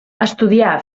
estudià